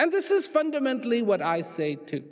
and this is fundamentally what i say too